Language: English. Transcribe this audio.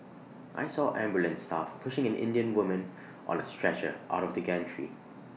I saw ambulance staff pushing an Indian woman on A stretcher out of the gantry